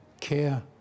Care